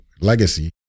legacy